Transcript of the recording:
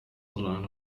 allein